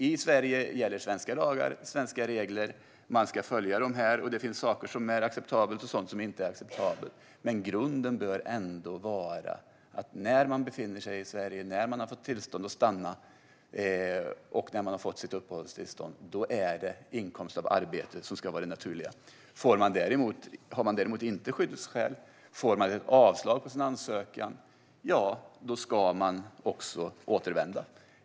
I Sverige gäller svenska lagar och svenska regler, och man ska följa dem. Det finns sådant som är acceptabelt och sådant som inte är acceptabelt. Men grunden bör ändå vara att det när man befinner sig i Sverige - när man har fått tillstånd att stanna och sitt uppehållstillstånd - är inkomst av arbete som ska vara det naturliga. Har man däremot inte skyddsskäl och får avslag på sin ansökan ska man också återvända.